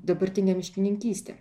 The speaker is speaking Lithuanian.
dabartinė miškininkystė